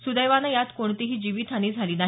सुदैवाने यात कोणतीही जीवितहानी झाली नाही